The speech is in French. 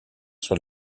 sur